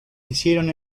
hicieron